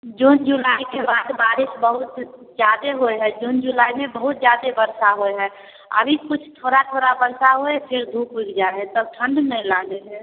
जून जुलाइके बाद बारिश बहुत ज्यादे होइ हइ जून जुलाइमे बहुत ज्यादे वर्षा होइ हइ अभी कुछ थोड़ा थोड़ा होइ छै फिर धूप उगि जाइ हइ तब ठण्ड नहि लागै हइ